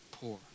poor